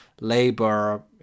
labor